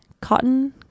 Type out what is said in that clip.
cotton